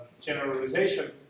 generalization